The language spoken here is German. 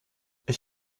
ich